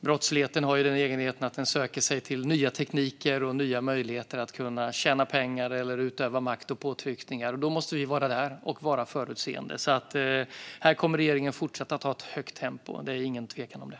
Brottsligheten har ju den egenheten att den söker sig till nya tekniker och nya möjligheter att tjäna pengar eller utöva makt och påtryckningar. Då måste vi vara där och vara förutseende, så här kommer regeringen att fortsätta ha ett högt tempo. Det är inget tvivel om det.